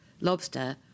Lobster